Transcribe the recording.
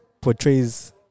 portrays